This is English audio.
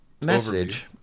message